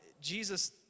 Jesus